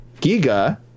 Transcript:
Giga